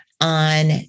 on